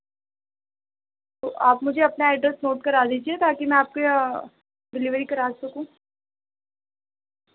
آپ مجھے اپنا ایڈریس نوٹ کرا دیجیے تاکہ میں آپ کے یا ڈلیوری کرا سکوں